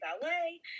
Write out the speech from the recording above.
ballet